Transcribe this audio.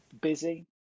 busy